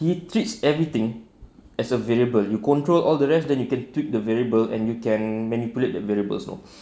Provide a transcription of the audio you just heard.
he treats everything as available you control all the rest then you can tweak the variable and you can manipulate the variables no